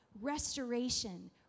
restoration